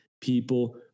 people